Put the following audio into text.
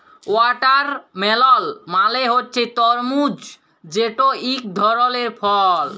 watermelon মালে হছে তরমুজ যেট ইক ধরলের ফল